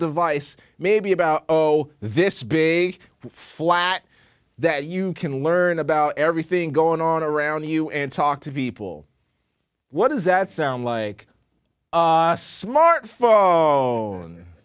device maybe about oh this big flat that you can learn about everything going on around you and talk to people what does that sound like smartphone